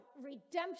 redemption